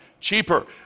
cheaper